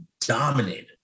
dominated